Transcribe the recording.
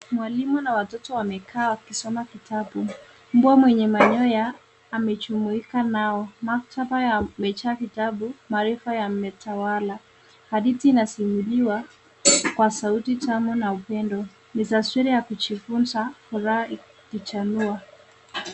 Mwalimu na watoto wamekaa wakisoma kitabu . Mbwa mwenye manyoya amejumuika nao. Maktaba yamejaa vitabu. Maarifa yametawala. Hadithi inasimuliwa kwa sauti tamu na upendo. Ni taswira ya kujifunza , furaha ikichanua.